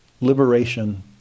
liberation